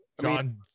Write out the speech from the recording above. john